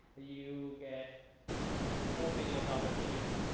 you get a four billion dollars a year,